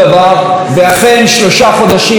ואכן שלושה חודשים מאוחר יותר,